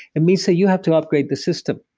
it means that you have to upgrade the system.